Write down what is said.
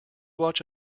watch